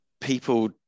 people